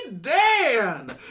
Dan